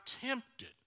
tempted